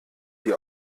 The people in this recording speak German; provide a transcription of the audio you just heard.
die